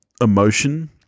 emotion